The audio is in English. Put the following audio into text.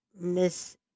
Miss